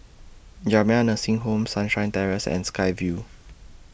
Jamiyah Nursing Home Sunshine Terrace and Sky Vue